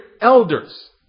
elders